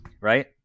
Right